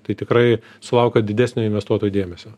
tai tikrai sulaukia didesnio investuotojų dėmesio